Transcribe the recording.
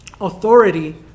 authority